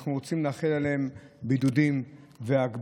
שאנחנו רוצים להחיל עליהן בידודים והגבלות.